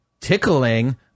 tickling